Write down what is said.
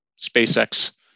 SpaceX